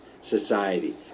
society